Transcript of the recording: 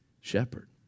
shepherd